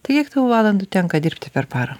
tai kiek tau valandų tenka dirbti per parą